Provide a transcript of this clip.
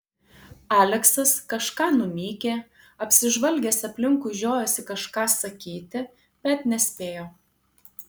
aleksas kažką numykė apsižvalgęs aplinkui žiojosi kažką sakyti bet nespėjo